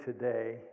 today